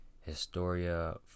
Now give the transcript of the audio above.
Historia